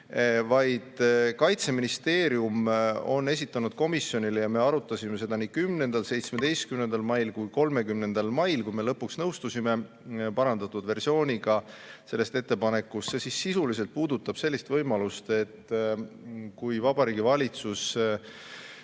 vaid Kaitseministeerium on esitanud komisjonile ettepaneku ja me arutasime seda nii 10., 17. kui ka 30. mail, kui me lõpuks nõustusime parandatud versiooniga sellest ettepanekust. See sisuliselt puudutab sellist võimalust, et kui Vabariigi Valitsus